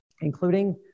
including